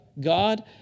God